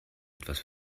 etwas